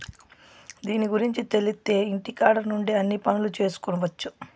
దీని గురుంచి తెలిత్తే ఇంటికాడ నుండే అన్ని పనులు చేసుకొవచ్చు